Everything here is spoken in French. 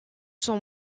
son